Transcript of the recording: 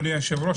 אדוני היושב-ראש,